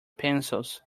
pencils